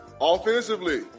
Offensively